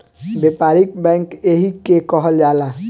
व्यापारिक बैंक एही के कहल जाला